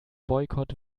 boykott